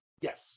Yes